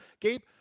Gabe